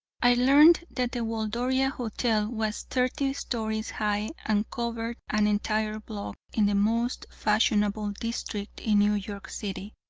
i learned that the waldoria hotel was thirty stories high, and covered an entire block in the most fashionable district in new york city.